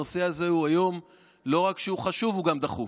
הנושא הזה היום לא רק שהוא חשוב, הוא גם דחוף.